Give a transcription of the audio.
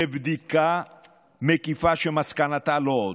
לבדיקה מקיפה שמסקנתה לא עוד: